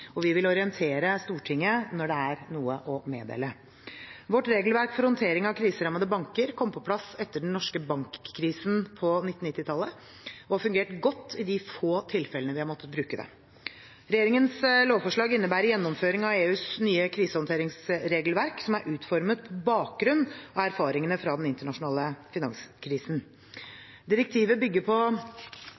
Vi vil orientere Stortinget når det er noe å meddele. Vårt regelverk for håndtering av kriserammede banker kom på plass etter den norske bankkrisen på 1990-tallet og har fungert godt i de få tilfellene vi har måttet bruke det. Regjeringens lovforslag innebærer gjennomføring av EUs nye krisehåndteringsregelverk, som er utformet på bakgrunn av erfaringer fra den internasjonale finanskrisen. Direktivet bygger på